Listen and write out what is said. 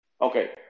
Okay